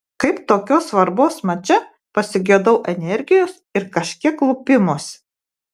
kaip tokios svarbos mače pasigedau energijos ir kažkiek lupimosi